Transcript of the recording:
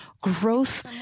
growth